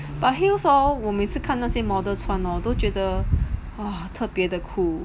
but heels hor 我每次看那些 model 穿 hor 都觉得 !wah! 特别的 cool